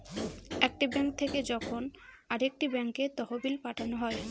একটি ব্যাঙ্ক থেকে যখন আরেকটি ব্যাঙ্কে তহবিল পাঠানো হয়